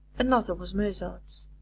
another was mozart's.